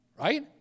Right